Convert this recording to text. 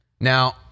Now